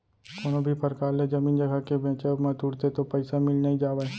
कोनो भी परकार ले जमीन जघा के बेंचब म तुरते तो पइसा मिल नइ जावय